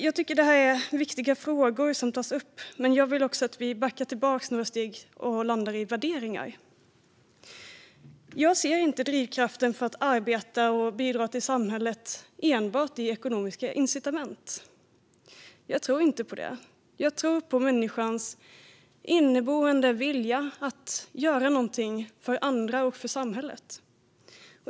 Jag tycker att det är viktiga frågor som tas upp, men jag vill också att vi backar tillbaka några steg och landar i värderingar. Jag ser inte drivkraften för att arbeta och bidra till samhället enbart i ekonomiska incitament. Jag tror inte på det. Jag tror på människans inneboende vilja att göra någonting för andra och för samhället.